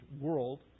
world